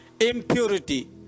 Impurity